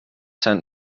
sent